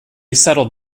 settle